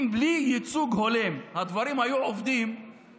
אם הדברים היו עובדים בלי ייצוג הולם,